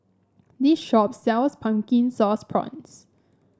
this shop sells Pumpkin Sauce Prawns